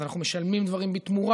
אז אנחנו משלמים דברים בתמורה.